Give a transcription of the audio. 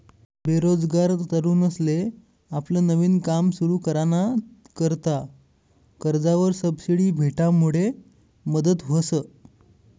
बेरोजगार तरुनसले आपलं नवीन काम सुरु कराना करता कर्जवर सबसिडी भेटामुडे मदत व्हस